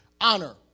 honor